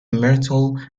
myrtle